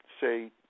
say